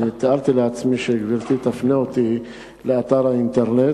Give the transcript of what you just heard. תיארתי לעצמי שגברתי תפנה אותי לאתר האינטרנט.